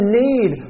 need